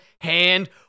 hand